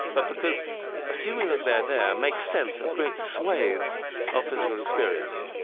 but because assuming that they're there makes sense of great swaths of physical experience.